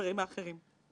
נכנס לך משהו לעין...